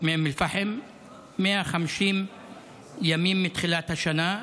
מאום אל-פחם, 150 ימים מתחילת השנה,